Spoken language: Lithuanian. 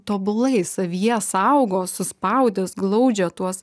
tobulai savyje saugo suspaudęs glaudžia tuos